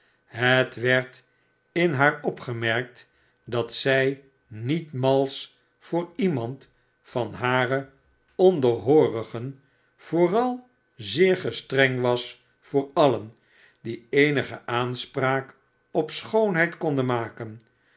het werd in haar opgemerkt dat zij niet malsch voor iemand van hare onderhoorigen vopral zeer gestreng was voor alien die eenige aanspraak op schoonheld konden maken